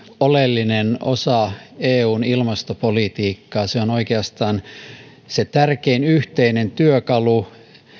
oleellinen osa eun ilmastopolitiikkaa se on oikeastaan tärkein yhteinen työkalu